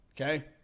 Okay